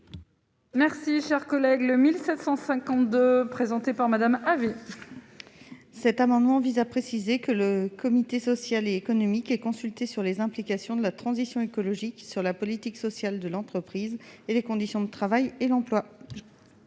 Merci, cher collègue, le 1752 présenté par Madame Havis. Cet amendement vise à préciser que le comité social et économique et consulté sur les implications de la transition écologique sur la politique sociale de l'entreprise et les conditions de travail et l'emploi.